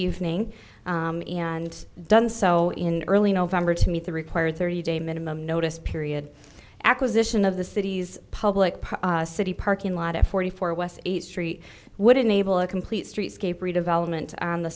evening and done so in early november to meet the required thirty day minimum notice period acquisition of the city's public park city parking lot of forty four west street would enable a complete streetscape redevelopment on the